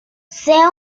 sea